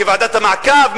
כוועדת מעקב,